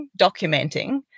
documenting